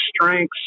strengths